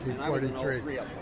1943